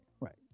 right